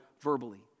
verbally